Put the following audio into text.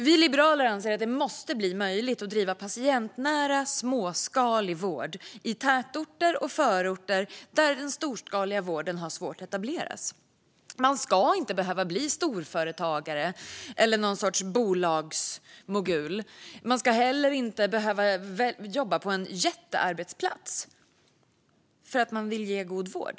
Vi liberaler anser att det måste bli möjligt att bedriva patientnära, småskalig vård i tätorter och förorter där den storskaliga vården har svårt att etableras. Man ska inte behöva bli storföretagare eller någon sorts bolagsmogul. Man ska inte heller behöva jobba på en jättearbetsplats för att kunna ge god vård.